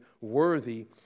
worthy